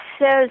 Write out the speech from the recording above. says